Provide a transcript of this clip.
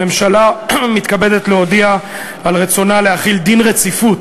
הממשלה מתכבדת להודיע על רצונה להחיל דין רציפות